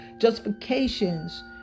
justifications